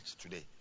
today